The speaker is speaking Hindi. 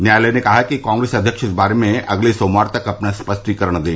न्यायालय ने कहा है कि कांग्रेस अध्यक्ष इस बारे में अगले सोमवार तक अपना स्पष्टीकरण दें